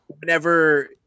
Whenever